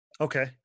Okay